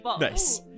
Nice